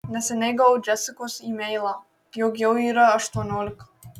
neseniai gavau džesikos emailą jog jau yra aštuoniolika